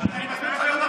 אני מזמין אותך להיות המפקח.